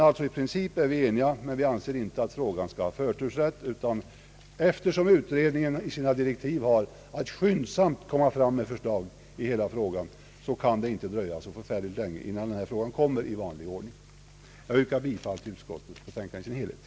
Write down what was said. I princip är vi alltså eniga, men vi anser inte att frågan skall ha förtursrätt. Eftersom utredningen enligt direktiven har att skyndsamt komma fram med förslag i hela frågan, kan det inte dröja så förfärligt länge tills förslag framläggs i vanlig ordning. Herr talman! Jag yrkar bifall till utskottets hemställan.